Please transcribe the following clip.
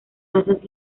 razas